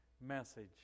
message